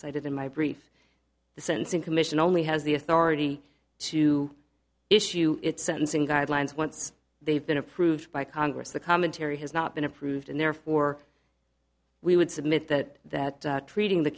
cited in my brief the sentencing commission only has the authority to issue its sentencing guidelines once they've been approved by congress the commentary has not been approved and therefore we would submit that that treating the